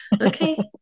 Okay